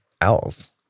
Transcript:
owls